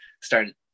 started